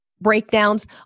breakdowns